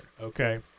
okay